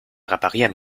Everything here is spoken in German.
reparieren